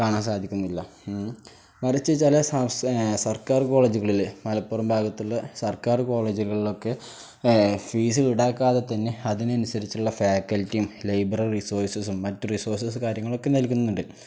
കാണാൻ സാധിക്കുന്നില്ല ഉം മറിച്ച് ചില സർക്കാർ കോളേജുകളില് മലപ്പുറം ഭാഗത്തുള്ള സർക്കാർ കോളേജുകളിലൊക്കെ ഫീസ് ഈടാക്കാതെ തന്നെ അതിനനുസരിച്ചുള്ള ഫാക്കൽറ്റിയും ലൈബ്രറി റിസോഴ്സസും മറ്റ് റിസോഴ്സസും കാര്യങ്ങളുമൊക്കെ നൽകുന്നുണ്ട്